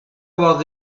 avoir